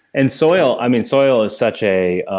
and soil, i mean soil is such a.